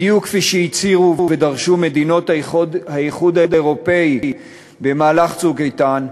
בדיוק כפי שהצהירו ודרשו מדינות האיחוד האירופי במהלך "צוק איתן",